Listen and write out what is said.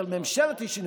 אם לסכם את הדברים,